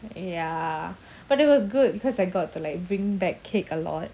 ya but it was good because I got to like bring back cake a lot